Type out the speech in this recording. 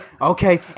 okay